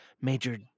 Major